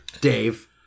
Dave